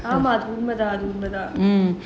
ஆமா அது உண்மைதான்:aamaa athu unmaithaan